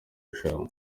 rushanwa